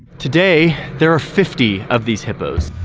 today there are fifty of these hippos.